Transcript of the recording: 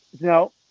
no